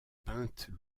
peinte